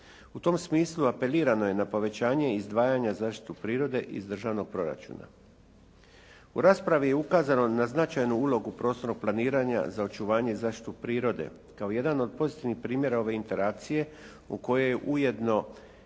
U tom smislu apelirano je na povećanje izdvajanja zaštitu prirode iz državnog proračuna. U raspravi je ukazano na značajnu ulogu prostornog planiranja za očuvanje i zaštitu prirode. Kao jedan od pozitivnih primjera ove interakcije u kojoj je ujedno